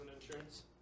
insurance